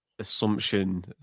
assumption